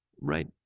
Right